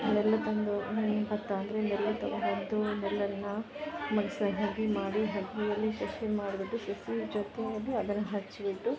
ನೆಲ್ಲು ತಂದು ಭತ್ತ ಅಂದರೆ ನೆಲ್ಲು ತಗೊಂಡು ಹೊದ್ದು ನೆಲ್ಲನ್ನು ಮಗ್ಸೆ ಹಾಕಿ ಮಾಡಿ ಮಾಡಿಬಿಟ್ಟು ತಿರ್ಸಿ ಜೊತೆಯಲ್ಲಿ ಅದನ್ನು ಹಚ್ಚಿಬಿಟ್ಟು